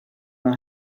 than